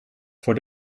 voor